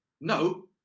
no